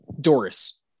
Doris